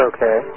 Okay